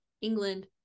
england